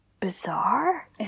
bizarre